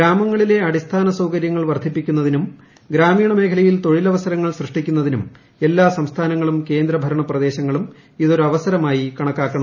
ഗ്രാമങ്ങളിലെ അടിസ്ഥാന സൌകര്യങ്ങൾ വർധിപ്പിക്കുന്നതിനും ഗ്രാമീണ മേഖലയിൽ തൊഴിലവസരങ്ങൾ സൃഷ്ടിക്കുന്നതിനും എല്ലാ സംസ്ഥാനങ്ങളും കേന്ദ്ര ഭരണ പ്രദേശങ്ങളും ഇത് ഒരു അവസരമായി കണക്കാക്കണം